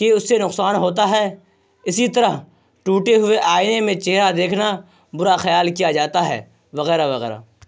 کہ اس سے نقصان ہوتا ہے اسی طرح ٹوٹتے ہوئے آئینے میں چہرہ دیکھنا برا خیال کیا جاتا ہے وغیرہ وغیرہ